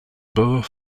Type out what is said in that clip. borough